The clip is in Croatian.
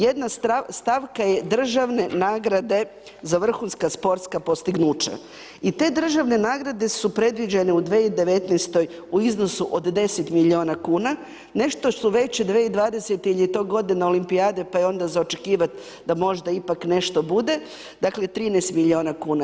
Jedna stavka je državne nagrade za vrhunska sportska postignuća, i te državne nagrade su predviđene u 2019.-oj u iznosu od 10 milijuna kuna, nešto su veće 2020.-te jer je to godina Olimpijade pa je onda za očekivat da možda ipak nešto bude, dakle 13 milijuna kuna.